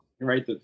right